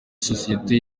sosiyete